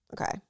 Okay